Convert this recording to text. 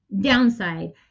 downside